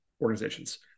organizations